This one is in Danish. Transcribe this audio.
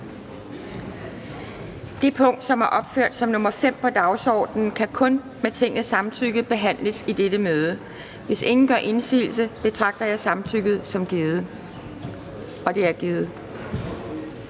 Det punkt, der er opført som nr. 5 på dagsordenen, kan kun med Tingets samtykke behandles i dette møde. Hvis ingen gør indsigelse, betragter jeg samtykket som givet. Det er givet.